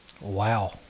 Wow